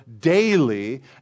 daily